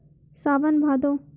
सावन भादो